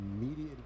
immediate